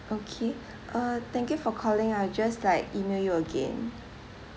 okay uh thank you for calling I'll just like email you again